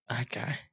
okay